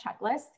checklist